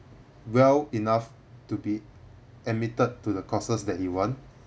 well enough to be admitted to the courses that he want